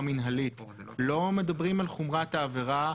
מינהלית לא מדברים על חומרת העבירה,